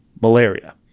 malaria